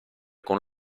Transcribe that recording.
con